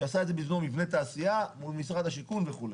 שעשה את זה מבנה תעשייה מול משרד השיכון וכו'.